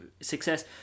success